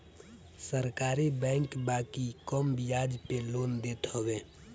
सरकारी बैंक बाकी कम बियाज पे लोन देत हवे